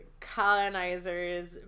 colonizers